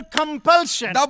compulsion